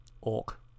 orc